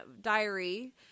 diary